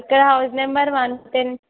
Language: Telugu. ఇక్కడ హౌస్ నెంబర్ వన్ టెన్